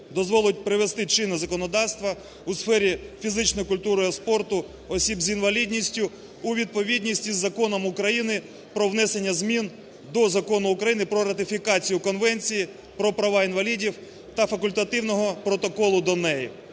дозволить привести чинне законодавство у сфері фізичної культури та спорту осіб з інвалідністю у відповідність з Законом України "Про внесення змін до Закону України "Про ратифікацію Конвенції про права інвалідів та Факультативного протоколу до неї".